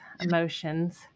emotions